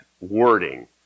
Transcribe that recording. wording